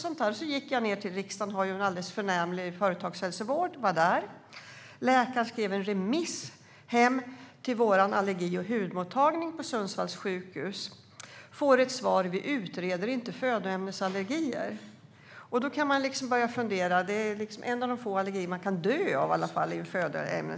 Jag gick ned till riksdagens alldeles förnämliga företagshälsovård. Läkaren skrev en remiss till vår allergi och hudmottagning på Sundsvalls sjukhus. Jag fick ett svar: Vi utreder inte födoämnesallergier. Man kan börja fundera. Födoämnesallergi är ändå en av de få allergier man kan dö av.